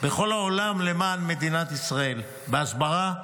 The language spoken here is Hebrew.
בכל העולם למען מדינת ישראל בהסברה,